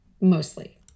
mostly